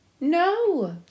No